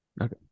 Okay